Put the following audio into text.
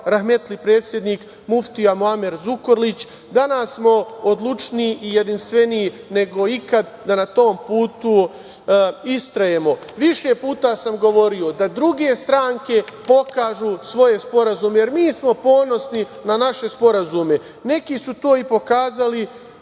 rahmetli predsednik muftija Muamer Zukorlić. Danas smo odlučniji i jedinstveniji nego ikada da na tom putu istrajemo. Više puta sam govorio da druge stranke pokažu svoje sporazume jer mi smo ponosni na naše sporazume. Neki su to i pokazali